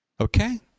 Okay